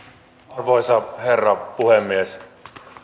arvoisa herra puhemies